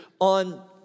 on